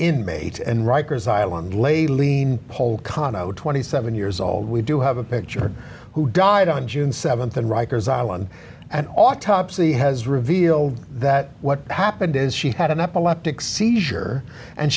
inmate and rikers island lady lien hold cano twenty seven years old we do have a picture who died on june th in rikers island an autopsy has revealed that what happened is she had an epileptic seizure and